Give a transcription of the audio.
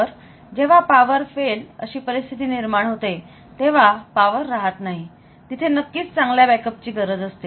तर जेव्हा power fail अशी परिस्थिती निर्माण होते तेव्हा पावर राहत नाही तिथे नक्कीच चांगल्या बॅकअप ची गरज असते